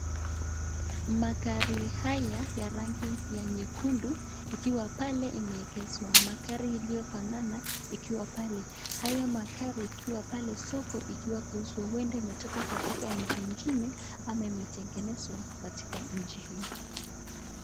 Magari haya ya rangi ya nyekundu ikiwa pale imeegeshwa. Magari iliyofanana ikiwa pale. Hayo magari ikiwa pale, soko ikiwa kuhusu huenda imetoka kwa nchi nyingine ama imetengenezwa katika nchi hii.